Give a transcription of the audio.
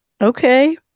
Okay